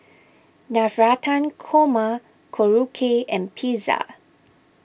Navratan Korma Korokke and Pizza